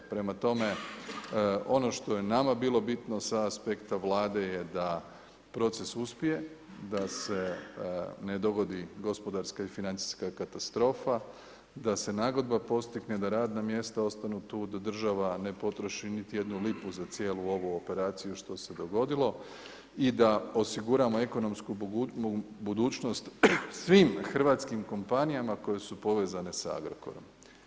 Prema tome, ono što je nama bilo bitno sa aspekta Vlade je da proces uspije, da se ne dogodi gospodarska i financijska katastrofa, da se nagodba postigne, da radna mjesta ostanu tu, da država ne potroši niti jednu lipu za cijelu ovu operaciju što se dogodilo i da osiguramo ekonomsku budućnost svim hrvatskim kompanijama koje su povezane sa Agrokorom.